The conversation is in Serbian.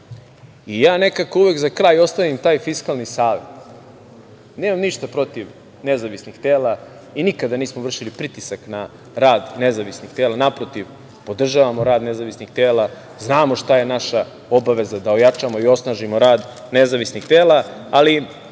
i nekako uvek za kraj ostavim taj Fiskalni savet. Nemam ništa protiv nezavisnih tela i nikada nismo vršili pritisak na rad nezavisnih tela, naprotiv podržavamo rad nezavisnih tela. Znamo šta je naša obaveza da ojačamo i osnažimo rad nezavisnih tela, ali